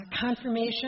Confirmation